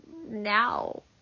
now